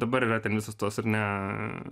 dabar yra ten visos tos ar ne